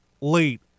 late